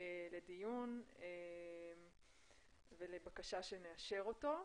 לדיון עם בקשה שנאשר אותו.